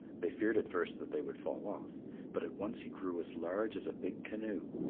they feared at first that they would fall off but at once he grew as large as a big canoe,